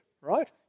right